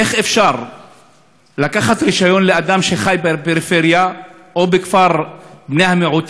איך אפשר לקחת רישיון לאדם שחי בפריפריה או בכפר בני-המיעוטים,